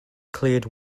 cleared